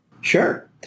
Sure